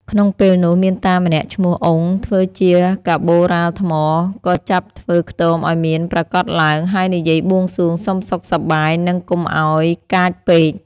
ក្នុងពេលនោះមានតាម្នាក់ឈ្មោះ អ៊ុង ធ្វើជាកាប៉ូរ៉ាលថ្ម ក៏ចាប់ធ្វើខ្ទមឲ្យមានប្រាកដឡើង ហើយនិយាយបួងសួងសុំសុខសប្បាយ និងកុំឲ្យកាចពេក ។